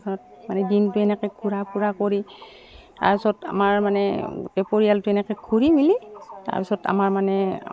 তাৰপাছত মানে দিনটো এনেকে ঘূৰা ফুৰা কৰি তাৰপিছত আমাৰ মানে গোটেই পৰিয়ালটো এনেকে ঘূৰি মেলি তাৰপিছত আমাৰ মানে